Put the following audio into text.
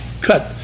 cut